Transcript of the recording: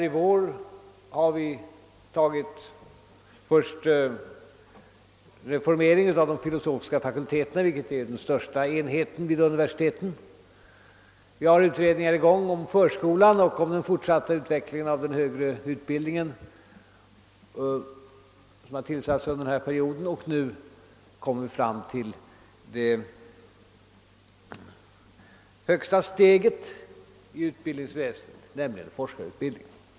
I vår har vi först tagit upp frågan om reformering av de filosofiska fakulteterna — den största enheten vid universiteten. Utredningar pågår om förskolan och om den fortsatta utvecklingen av den högre utbildningen; de har tillsatts under den aktuella perioden. Och nu kommer vi till det högsta steget i utbildningsväsendet, nämligen forskarutbildningen.